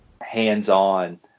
hands-on